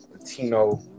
Latino